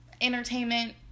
entertainment